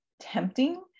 tempting